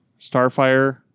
starfire